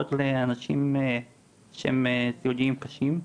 דוגמאות לאנשים שהם סיעודיים קשים,